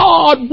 God